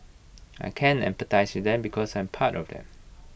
I can empathise with them because I'm part of them